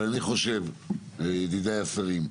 אבל אני חושב ידידיי השרים,